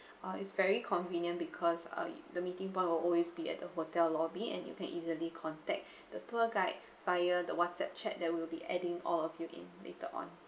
uh it's very convenient because uh the meeting point will always be at the hotel lobby and you can easily contact the tour guide via the what's app chat that will be adding all of you in later on